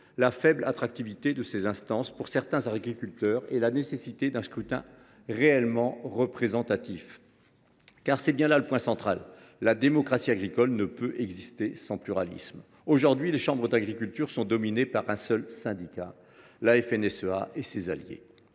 la faible attractivité de ces instances pour certains agriculteurs et la nécessité d’un scrutin réellement représentatif. Car c’est bien là le point central : la démocratie agricole ne peut exister sans pluralisme. Aujourd’hui, les chambres d’agriculture sont dominées par un seul syndicat, la FNSEA et ses alliés.